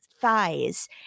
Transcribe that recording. thighs